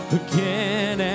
again